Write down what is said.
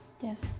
Yes